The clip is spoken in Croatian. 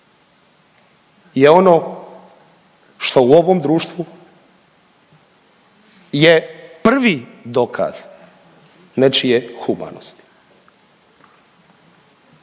je ono što u ovom društvu je prvi dokaz nečije humanosti.